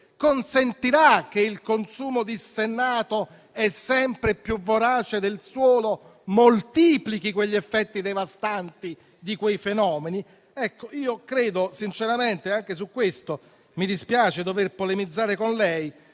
consentirà che il consumo dissennato e sempre più vorace del suolo moltiplichi gli effetti devastanti di quei fenomeni.